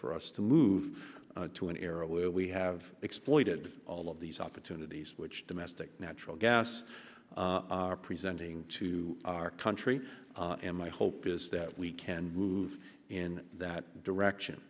for us to move to an era where we have exploited all of these opportunities which domestic natural gas are presenting to our country and my hope is that we can move in that direction